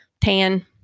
tan